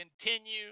continue